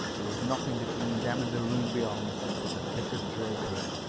there was nothing between them and the room beyond but a bit of drapery.